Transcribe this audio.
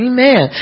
Amen